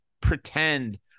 pretend